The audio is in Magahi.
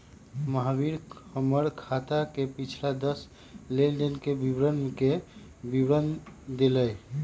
महावीर हमर खाता के पिछला दस लेनदेन के विवरण के विवरण देलय